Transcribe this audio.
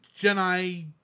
Jedi